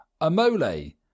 Amole